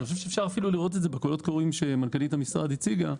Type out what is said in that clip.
אני חושב שאפשר אפילו לראות את זה בקולות קוראים שמנכ"לית המשרד הציגה,